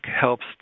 helps